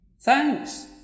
Thanks